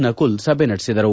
ನಕುಲ್ ಸಭೆ ನಡೆಸಿದರು